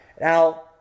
Now